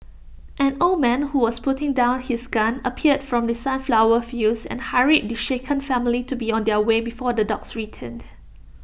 an old man who was putting down his gun appeared from the sunflower fields and hurried the shaken family to be on their way before the dogs return